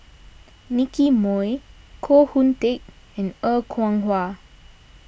Nicky Moey Koh Hoon Teck and Er Kwong Wah